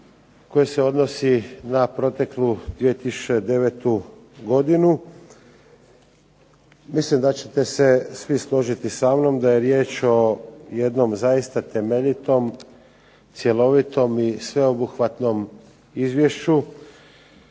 koje se odnosi na proteklu 2009. godinu, mislim da ćete se svi složiti sa mnom da je riječ o jednom zaista temeljitom, cjelovitom i sveobuhvatnom izvješću